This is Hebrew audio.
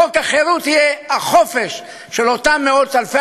חוק החירות יהיה החופש של אותם מאות-אלפי